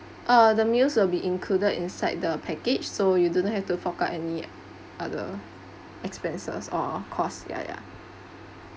uh the meals will be included inside the package so you do not have to fork out any other expenses or cost ya ya